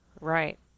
Right